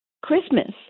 Christmas